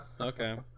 okay